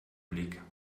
blick